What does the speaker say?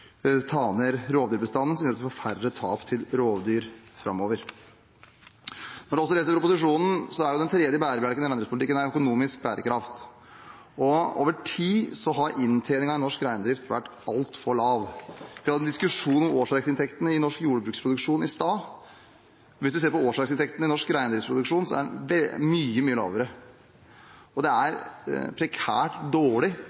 ta ned rovdyrbestanden, slik at vi får færre tap til rovdyr framover. Men også når en leser proposisjonen, er den tredje bærebjelken i landbrukspolitikken økonomisk bærekraft. Over tid har inntjeningen i norsk reindrift vært altfor lav. Vi hadde en diskusjon om årsverksinntektene i norsk jordbruksproduksjon i stad. Hvis vi ser på årsverksinntektene i norsk reindriftsproduksjon, er de mye, mye lavere. Det er prekært dårlig